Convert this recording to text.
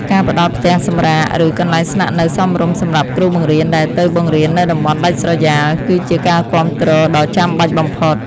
ការផ្តល់ផ្ទះសម្រាកឬកន្លែងស្នាក់នៅសមរម្យសម្រាប់គ្រូបង្រៀនដែលទៅបង្រៀននៅតំបន់ដាច់ស្រយាលគឺជាការគាំទ្រដ៏ចាំបាច់បំផុត។